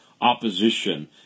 opposition